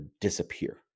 disappear